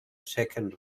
second